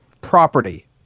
property